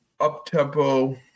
up-tempo